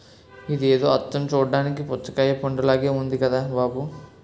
ఇదేదో అచ్చం చూడ్డానికి పుచ్చకాయ పండులాగే ఉంది కదా బాబూ